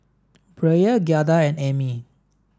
Brielle Giada and Emmie